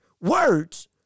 words